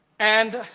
and,